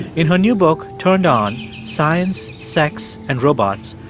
in her new book, turned on science, sex and robots,